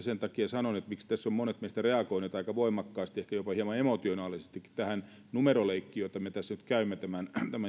sen takia sanon miksi tässä ovat monet meistä reagoineet aika voimakkaasti ehkä jopa hieman emotionaalisestikin tähän numeroleikkiin jota me tässä nyt käymme